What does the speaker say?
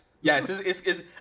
yes